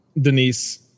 Denise